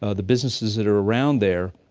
ah the businesses that are around there,